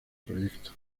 proyecto